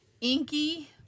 Inky